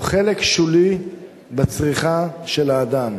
הוא חלק שולי בצריכה של האדם.